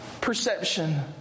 perception